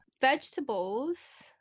Vegetables